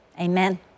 amen